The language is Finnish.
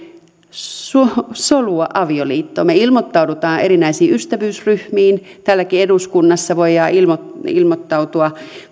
solua avioliittoon me ilmoittaudumme erinäisiin ystävyysryhmiin täälläkin eduskunnassa voidaan ilmoittautua ilmoittautua